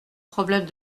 problème